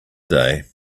day